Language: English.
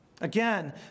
Again